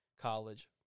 College